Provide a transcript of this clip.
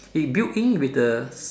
it builds in with the